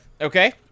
Okay